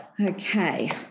Okay